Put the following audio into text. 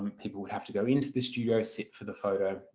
people would have to go into the studio, sit for the photo,